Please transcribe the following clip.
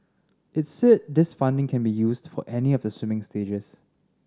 it said this funding can be used for any of the swimming stages